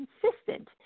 consistent